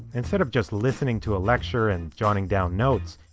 instead of just listening to a lecture and jotting down notes.